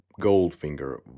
Goldfinger